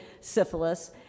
syphilis